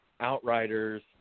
outriders